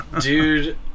Dude